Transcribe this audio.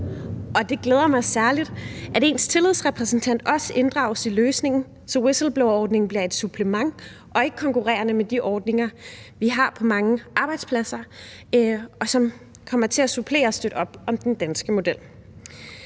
Det glæder mig særlig, at ens tillidsrepræsentant også inddrages i løsningen, så whistleblowerordningen bliver et supplement og ikke konkurrerende med de ordninger, vi har på mange arbejdspladser – den kommer til at supplere og støtte op om den danske model.